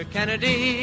Kennedy